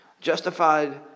justified